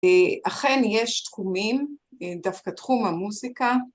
אכן יש תחומים, דווקא תחום המוסיקה.